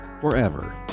forever